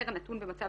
בהמשך